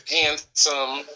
handsome